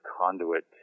conduit